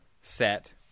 set